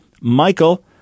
Michael